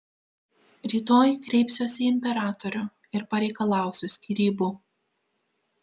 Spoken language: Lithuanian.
rytoj kreipsiuosi į imperatorių ir pareikalausiu skyrybų